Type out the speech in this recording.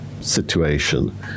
situation